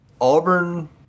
Auburn